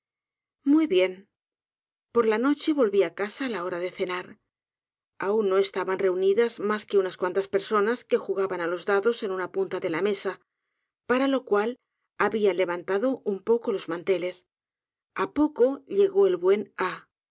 muy bien por la noche volví á casa á la hora de cenar aun no estaban reunidas mas que unas cuantas personas que jugaban á los dados en una punta de la mesa para lo cual habían levantado un poco los manteles a poco llegó el buen